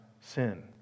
sin